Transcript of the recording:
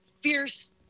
fierce